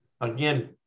again